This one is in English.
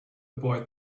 boy